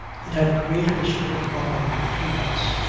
it had created a sort of bond between us.